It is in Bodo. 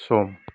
सम